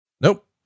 Nope